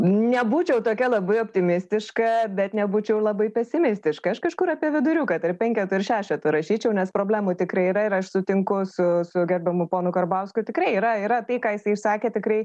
nebūčiau tokia labai optimistiška bet nebūčiau ir labai pesimistiškai aš kažkur apie viduriuką tarp penketo ir šešeto rašyčiau nes problemų tikrai yra ir aš sutinku su su gerbiamu ponu karbauskiu tikrai yra yra tai ką jisai išsakė tikrai